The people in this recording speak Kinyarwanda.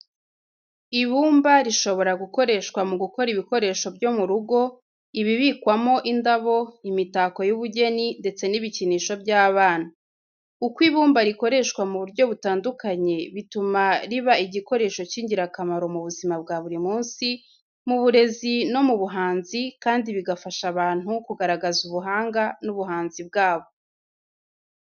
Ibumba rishobora gukoreshwa mu gukora ibikoresho byo mu rugo, ibibikwamo indabo, imitako y'ubugeni, ndetse n'ibikinisho by'abana. Uko ibumba rikoreshwa mu buryo butandukanye, bituma riba igikoresho cy'ingirakamaro mu buzima bwa buri munsi, mu burezi no mu buhanzi kandi bigafasha abantu kugaragaza ubuhanga n'ubuhanzi bwabo.